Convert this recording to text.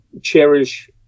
cherish